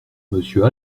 monsieur